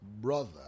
brother